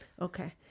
okay